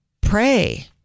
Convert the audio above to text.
Pray